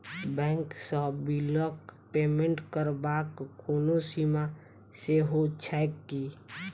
Bank सँ बिलक payment करबाक कोनो सीमा सेहो छैक की?